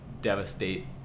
devastate